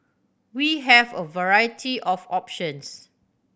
we have a variety of options